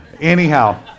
Anyhow